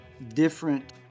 different